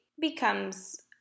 becomes